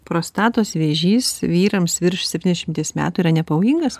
prostatos vėžys vyrams virš septyniašimties metų yra nepavojingas